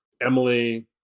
Emily